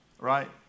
Right